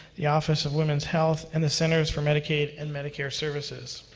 the office of women's health, and the centers for medicaid and medicare services.